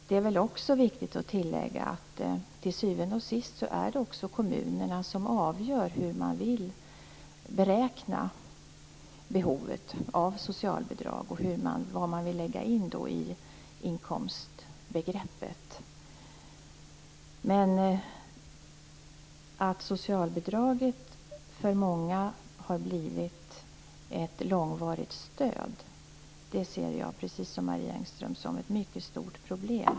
Det är också viktigt att tillägga att till syvende och sist är det kommunerna som avgör hur de vill beräkna behovet av socialbidrag och vad de vill lägga in i inkomstbegreppet. Att socialbidraget har blivit ett långvarigt stöd för många ser jag, precis som Marie Engström, som ett mycket stort problem.